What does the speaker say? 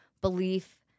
belief